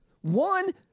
One